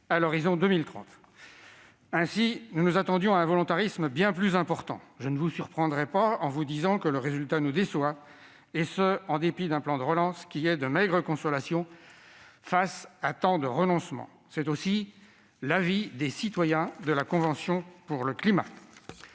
à l'horizon 2030. Aussi nous attendions-nous à un volontarisme bien plus important. Je ne vous surprendrai pas en vous disant que le résultat nous déçoit- quant au plan de relance, il est de maigre consolation face à tant de renoncements. Tel est aussi l'avis, d'ailleurs, des citoyens de la Convention citoyenne pour le climat.